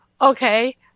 okay